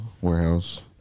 warehouse